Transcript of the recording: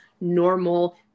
normal